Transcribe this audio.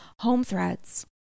HomeThreads